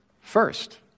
first